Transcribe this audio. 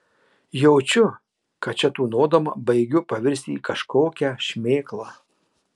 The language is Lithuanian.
jaučiu kad čia tūnodama baigiu pavirsti į kažkokią šmėklą